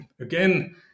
again